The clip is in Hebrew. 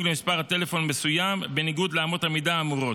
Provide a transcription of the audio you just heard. למספר טלפון מסוים בניגוד לאמות המידה האמורות.